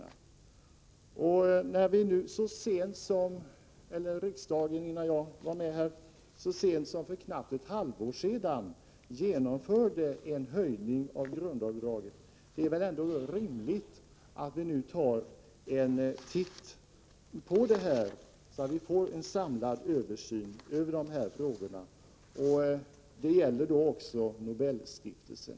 När 24 april 1985 riksdagen så sent som för ett knappt halvår sedan genomförde en höjning av grundavdraget, är det väl rimligt att nu se på det, så att vi får en samlad 5 5 Ideella föreningar översyn av dessa frågor. Det gäller då också Nobelstiftelsen.